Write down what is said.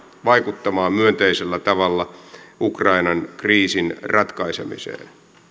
vaikuttamaan myönteisellä tavalla ukrainan kriisin ratkaisemiseen